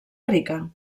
rica